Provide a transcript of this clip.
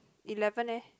eleven eh